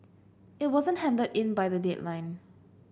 it wasn't handed in by the deadline